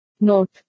Note